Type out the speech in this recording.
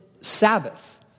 Sabbath